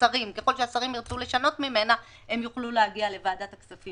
הם יוכלו להגיע לוועדת הכספים.